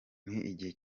n’igihe